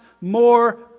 more